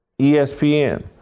ESPN